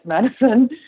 medicine